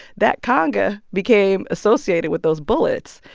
that conga became associated with those bullets.